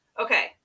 Okay